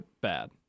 bad